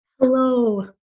Hello